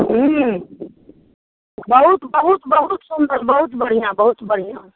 हूँ बहुत बहुत बहुत सुंदर बहुत बढ़िआँ बहुत बढ़िआँ